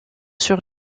sur